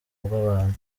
bw’abantu